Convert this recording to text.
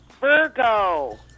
Virgo